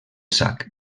sac